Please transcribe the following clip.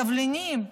תבלינים,